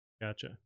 Gotcha